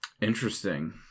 Interesting